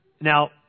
Now